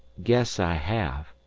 guess i have,